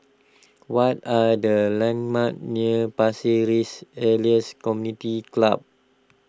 what are the landmarks near Pasir Ris Elias Community Club